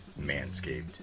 Manscaped